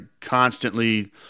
constantly